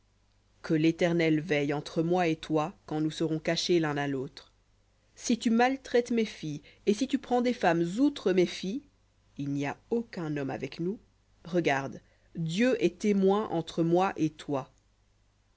que l'éternel veille entre moi et toi quand nous serons cachés l'un à lautre si tu maltraites mes filles et si tu prends des femmes outre mes filles il n'y a aucun homme avec nous regarde dieu est témoin entre moi et toi